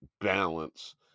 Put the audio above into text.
balance